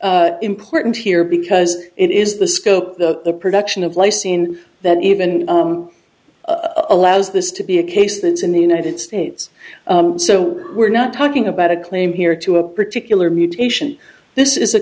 important here because it is the scope the production of lysine that even allows this to be a case that is in the united states so we're not talking about a claim here to a particular mutation this is a